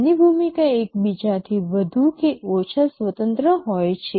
તેમની ભૂમિકા એક બીજાથી વધુ કે ઓછા સ્વતંત્ર હોય છે